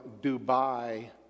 Dubai